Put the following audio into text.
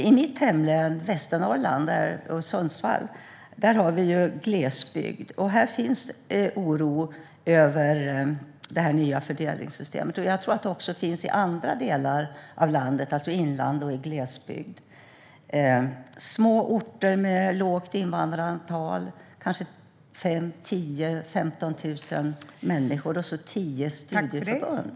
I mitt hemlän Västernorrland och i Sundsvall har vi glesbygd. Här finns oro över det nya fördelningssystemet. Jag tror att det också finns i andra delar av landet i inland och glesbygd. Det gäller små orter med lågt invånarantal. Det kanske gäller 5 000, 10 000 eller 15 000 människor och tio studieförbund.